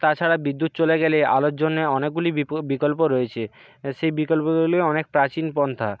তাছাড়া বিদ্যুৎ চলে গেলে আলোর জন্যে অনেকগুলি বিপদ বিকল্প রয়েছে সেই বিকল্পগুলি অনেক প্রাচীন পন্থা